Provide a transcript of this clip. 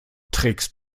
trägst